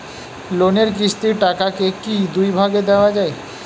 লোনের কিস্তির টাকাকে কি দুই ভাগে দেওয়া যায়?